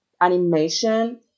animation